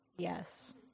Yes